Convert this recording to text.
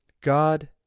God